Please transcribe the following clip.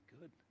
good